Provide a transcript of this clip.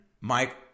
Mike